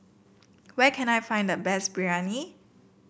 where can I find the best Biryani